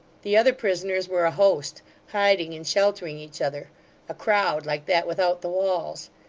the other prisoners were a host, hiding and sheltering each other a crowd like that without the walls.